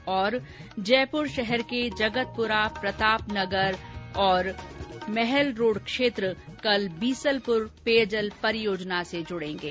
ं जयपुर शहर के जगतपुरा प्रतापनगर और महल रोड क्षेत्र कल बीसलपुर पेयजल परियोजना से जुडेंगे